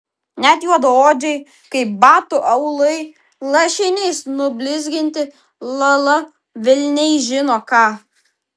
net juodaodžiai kaip batų aulai lašiniais nublizginti lala velniai žino ką